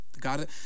God